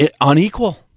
unequal